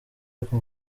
ariko